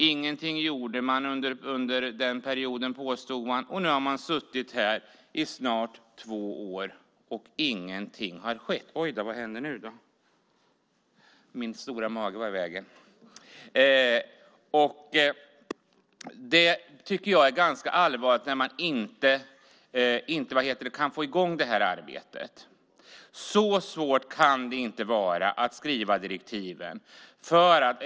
Ingenting gjorde vi under den perioden, påstod man. Och nu har man suttit här i snart två år och ingenting har skett. Jag tycker att det är ganska allvarligt att man inte kan få i gång det här arbetet. Så svårt kan det inte vara att skriva direktiven.